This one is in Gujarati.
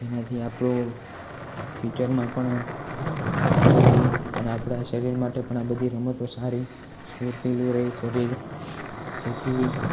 જેનાથી આપણો ફ્યૂચરમાં પણ સારું રહે અને આપણા શરીર માટે પણ આ બધી રમતો સારી સ્ફૂર્તિલૂ રહે શરીર જેથી